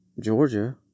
Georgia